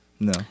No